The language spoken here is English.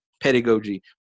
pedagogy